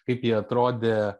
kaip ji atrodė